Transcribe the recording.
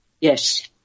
Yes